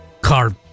car